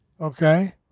Okay